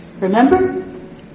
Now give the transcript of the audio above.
Remember